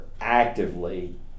actively